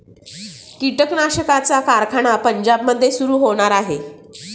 कीटकनाशकांचा कारखाना पंजाबमध्ये सुरू होणार आहे